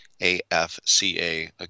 AFCA